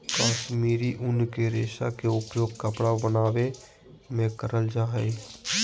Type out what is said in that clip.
कश्मीरी उन के रेशा के उपयोग कपड़ा बनावे मे करल जा हय